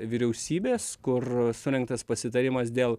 vyriausybės kur surengtas pasitarimas dėl